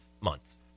months